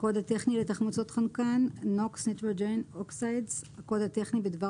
"הקוד הטכני לתחמוצות חנקן (NOX- Nitrogen Oxides)" הקוד הטכני בדבר